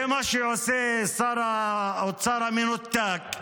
זה מה שעושה שר האוצר המנותק,